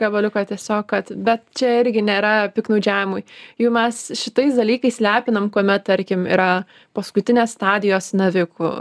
gabaliuką tiesiog kad bet čia irgi nėra piktnaudžiavimui jau mes šitais dalykais lepinam kuomet tarkim yra paskutinės stadijos navikų